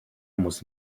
muss